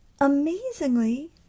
amazingly